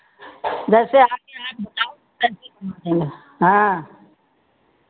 जैसे आप यहाँ आके बताओ तैसी बना देंगे हाँ